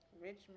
Richmond